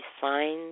signs